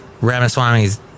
Ramaswamy's